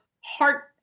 heart